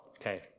Okay